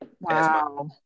Wow